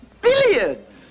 Billiards